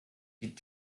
die